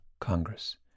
Congress